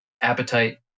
appetite